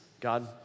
God